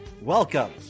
Welcome